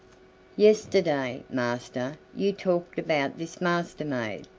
yesterday, master, you talked about this master-maid,